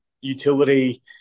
utility